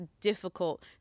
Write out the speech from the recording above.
difficult